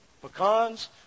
Pecans